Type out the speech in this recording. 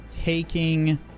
taking